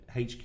HQ